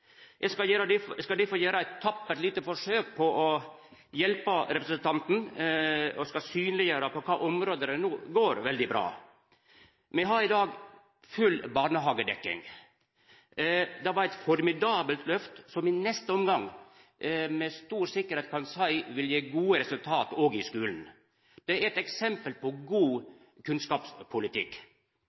Eg skal difor gjera eit tappert lite forsøk på å hjelpa representanten, og skal synleggjera på kva område det no går veldig bra. Me har i dag full barnehagedekning. Det var eit formidabelt løft som i neste omgang med stor sikkerheit vil gje gode resultat òg i skulen. Det er eit eksempel på god kunnskapspolitikk.